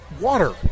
water